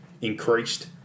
increased